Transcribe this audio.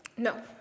No